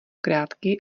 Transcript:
krátký